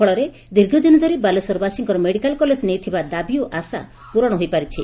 ଫଳରେ ଦୀର୍ଘଦିନ ଧରି ବାଲେଶ୍ୱରବାସୀଙ୍କର ମେଡ଼ିକାଲ କଲେକ ନେଇ ଥିବା ଦାବି ଓ ଆଶା ପୂରଣ ହୋଇପାରିଛି